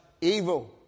evil